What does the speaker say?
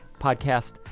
podcast